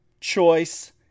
choice